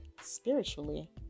spiritually